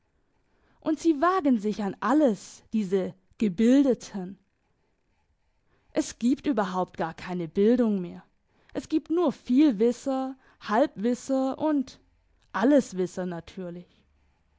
und sie wagen sich an alles diese gebildeten es gibt überhaupt gar keine bildung mehr es gibt nur vielwisser halbwisser und alleswisser natürlich